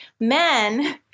men